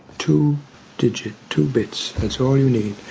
two digits, two bits, that's all you need,